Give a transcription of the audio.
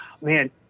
man